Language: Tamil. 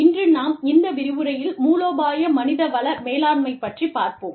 இன்று நாம் இந்த விரிவுரையில் மூலோபாய மனித வள மேலாண்மை பற்றிப் பார்ப்போம்